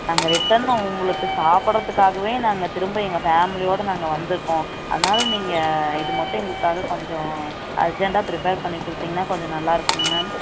நாங்கள் ரிட்டன் உங்களுக்கு சாப்பிட்றத்துக்காகவே நாங்கள் திரும்ப எங்கள் ஃபேமிலியோடு நாங்கள் வந்திருக்கோம் அதனால நீங்கள் இது மட்டும் எங்களுக்காக கொஞ்சம் அர்ஜெண்டாக பிரிப்பேர் பண்ணி கொடுத்தீங்கன்னா கொஞ்சம் நல்லா இருக்குங்க மேம்